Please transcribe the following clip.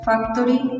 Factory